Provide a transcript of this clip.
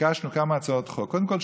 ביקשנו כמה הצעות חוק: קודם כול,